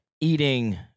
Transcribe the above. eating